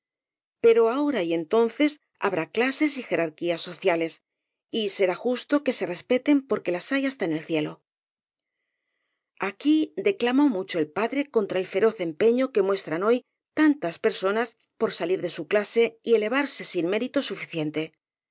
pero ahora y entonces ha brá clases y jerarquías sociales y será justo que se respeten porque las hay hasta en el cielo aquí declamó mucho el padre contra el feroz empeño que muestran hoy tantas personas por sa lir de su clase y elevarse sin mérito suficiente